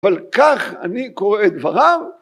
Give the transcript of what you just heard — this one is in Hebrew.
אבל כך אני קורא את דבריו